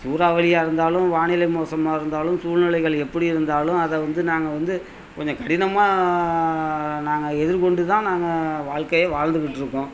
சூறாவளியாக இருந்தாலும் வானிலை மோசமாக இருந்தாலும் சூழ்நிலைகள் எப்படி இருந்தாலும் அதை வந்து நாங்கள் வந்து கொஞ்சம் கடினமாக நாங்கள் எதிர்கொண்டு தான் நாங்கள் வாழ்க்கையே வாழ்ந்துக்கிட்டு இருக்கோம்